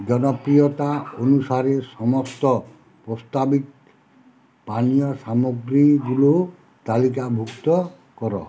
জনপ্রিয়তা অনুসারে সমস্ত প্রস্তাবিত পানীয় সামগ্রীগুলো তালিকাভুক্ত করো